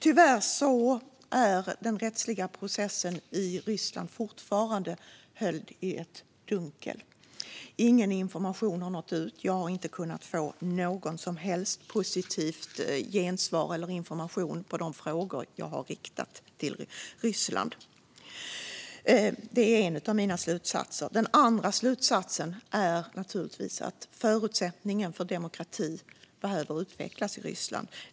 Tyvärr är den rättsliga processen i Ryssland fortfarande höljd i dunkel. Ingen information har nått ut, och jag har inte kunnat få något som helst positivt gensvar eller någon information som svar på de frågor jag har riktat till Ryssland. Detta är en av mina slutsatser. Den andra slutsatsen är naturligtvis att förutsättningarna för demokrati behöver utvecklas i Ryssland.